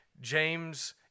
James